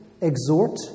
exhort